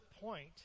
point